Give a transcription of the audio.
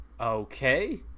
Okay